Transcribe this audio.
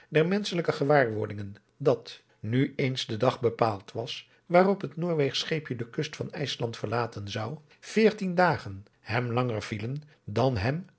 der menschelijke gewaarwordingen dat nu eens de dag bepaald was waarop het noorweegsch scheepje de kust van ijsland verlaten zou veertien dagen hem langer vielen dan hem